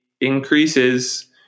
increases